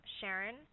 Sharon